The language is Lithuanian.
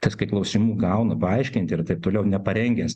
tas kai klausimų gauna paaiškinti ir taip toliau neparengęs